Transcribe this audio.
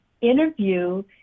interview